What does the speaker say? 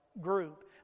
group